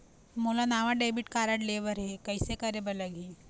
मोला नावा debit card लेबर हे, कइसे करे बर लगही?